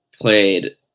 played